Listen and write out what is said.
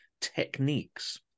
techniques